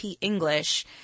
English